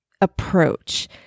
approach